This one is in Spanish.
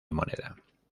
moneda